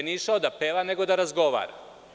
Nije išao da peva, nego da razgovara.